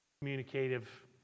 communicative